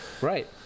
right